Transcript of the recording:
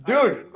Dude